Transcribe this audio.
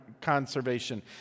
conservation